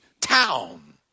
town